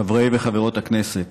חברי וחברות הכנסת,